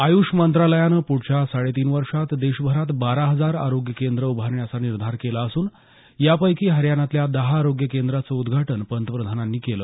आय्ष मंत्रालयानं पुढच्या साडे तीन वर्षांत देशभरात बारा हजार आरोग्य केंद्र उभारण्याचा निर्धार केला असून यापैकी हरयाणातल्या दहा आरोग्य केंद्रांचं उद्घाटन पंतप्रधानांनी केलं